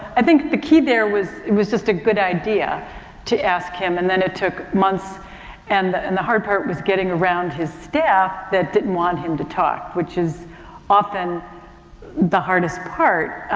i think the key there was, it was just a good idea to ask him and then it took months and, and the hard part was getting around his staff that didn't want him to talk which is often the hardest part.